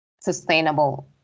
sustainable